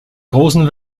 großen